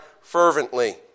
fervently